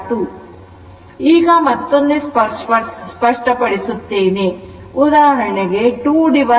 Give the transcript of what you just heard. ಈಗ ಮತ್ತೊಮ್ಮೆ ಸ್ಪಷ್ಟಪಡಿಸುವಾ ಉದಾಹರಣೆಗೆ 2angle 15angle 2